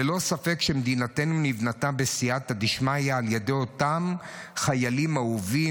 ללא ספק מדינתנו נבנתה בסייעתא דשמיא על ידי אותם חיילים אהובים,